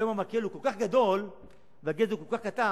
היום המקל הוא כל כך גדול והגזר הוא כל כך קטן,